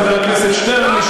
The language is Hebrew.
חבר הכנסת שטרן,